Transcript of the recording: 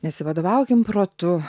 nesivadovaukim protu